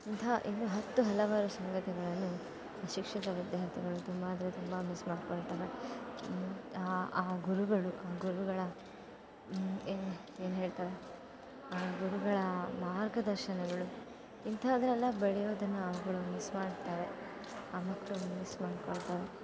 ಇಂತಹ ಇನ್ನೂ ಹತ್ತು ಹಲವಾರು ಸಂಗತಿಗಳನ್ನು ಅಶಿಕ್ಷಿತ ವಿದ್ಯಾರ್ಥಿಗಳು ತುಂಬ ಅಂದರೆ ತುಂಬ ಮಿಸ್ ಮಾಡಿಕೊಳ್ತವೆ ಆ ಆ ಗುರುಗಳು ಆ ಗುರುಗಳ ಏನು ಏನು ಹೇಳ್ತಾರೆ ಆ ಗುರುಗಳ ಮಾರ್ಗದರ್ಶನಗಳು ಇಂಥದ್ದೆಲ್ಲ ಬೆಳೆಯುದನ್ನು ಅವುಗಳು ಮಿಸ್ ಮಾಡ್ತವೆ ಆ ಮಕ್ಕಳು ಮಿಸ್ ಮಾಡಿಕೊಳ್ತವೆ